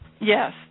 Yes